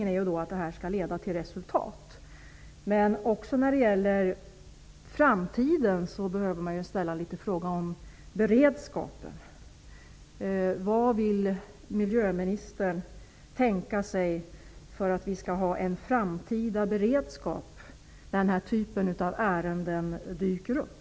Detta är mycket olyckligt. Åtgärder för att få stopp på avverkningarna är därför mycket angelägna.